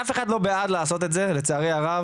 אף אחד לא בעד לעשות את זה לצערי הרב.